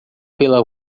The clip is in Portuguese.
pela